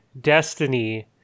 Destiny